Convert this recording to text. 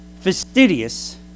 fastidious